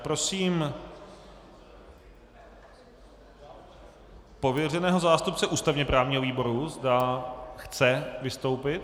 Prosím pověřeného zástupce ústavněprávního výboru, zda chce vystoupit.